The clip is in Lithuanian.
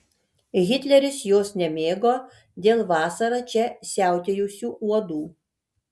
hitleris jos nemėgo dėl vasarą čia siautėjusių uodų